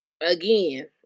Again